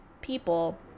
people